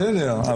בסדר,